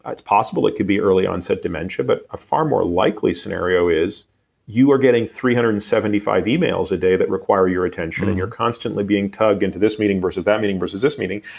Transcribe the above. ah it's possible it could be early onset dementia. but a far more likely scenario is you are getting three hundred and seventy five emails a day that require your attention and you're constantly being tugged into this meeting versus that meeting versus this meeting.